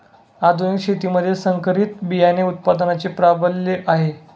आधुनिक शेतीमध्ये संकरित बियाणे उत्पादनाचे प्राबल्य आहे